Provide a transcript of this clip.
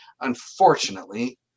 unfortunately